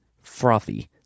frothy